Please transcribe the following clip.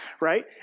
right